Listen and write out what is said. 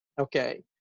Okay